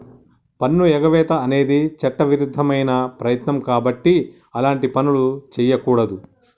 పన్నుఎగవేత అనేది చట్టవిరుద్ధమైన ప్రయత్నం కాబట్టి అలాంటి పనులు చెయ్యకూడదు